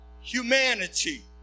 humanity